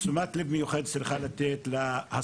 אנחנו מדברים שקודמה החלטה ואושרה במועצת רמ"י של שיווק לבני מקום.